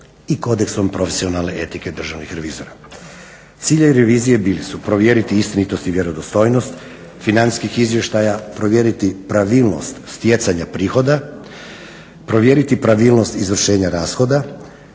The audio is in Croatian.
i kodeksom profesionalne etike državnih revizora. Ciljevi revizije bili su provjeriti istinitost i vjerodostojnost financijskih izvještaja, provjeriti pravilnost stjecanja prihoda, provjeriti pravilnost izvršenja rashoda,